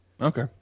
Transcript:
Okay